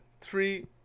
three